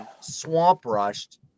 swamp-rushed